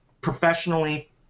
professionally